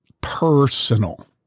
personal